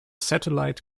satellite